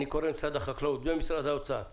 אני קורא למשרד החקלאות ולמשרד האוצר להיפגש,